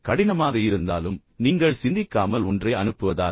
கடினமாக இருந்தாலும் நீங்கள் சிந்திக்காமல் ஒன்றை அனுப்புவதால்